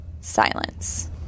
Silence